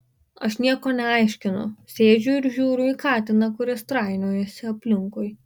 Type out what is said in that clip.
aš nieko neaiškinu sėdžiu ir žiūriu į katiną kuris trainiojasi aplinkui